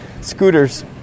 scooters